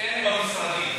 אין במשרדים.